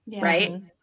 right